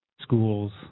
schools